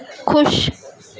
خوش